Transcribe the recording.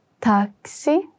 taxi